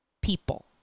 people